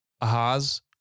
Ahaz